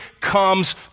comes